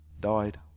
died